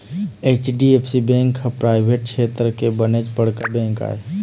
HDFC bank ह private छेत्र के बनेच बड़का बेंक आय